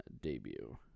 debut